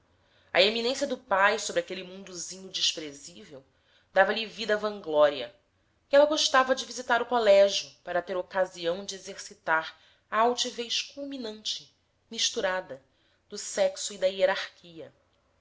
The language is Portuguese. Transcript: a eminência do pai sobre aquele mundozinho desprezível dava-lhe vida à vanglória e ela gostava de visitar o colégio para ter ocasião de exercitar a altivez culminante misturada do sexo e da hierarquia